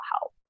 help